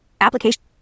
Application